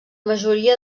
majoria